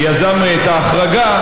שיזם את ההחרגה: